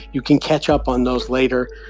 you can catch up on those later.